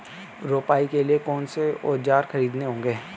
रोपाई के लिए कौन से औज़ार खरीदने होंगे?